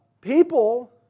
People